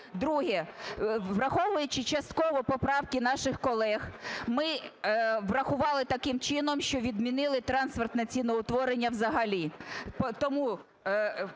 Друге. Враховуючи частково поправки наших колег, ми врахували таким чином, що відмінили трансфертне ціноутворення взагалі.